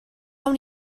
awn